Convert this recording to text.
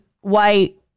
white